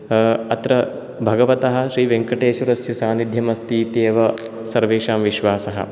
अत्र भगवतः श्रीवेङ्कटेश्वरस्य सान्निध्यम् अस्ति इत्येव सर्वेषां विश्वासः